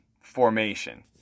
formation